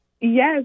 Yes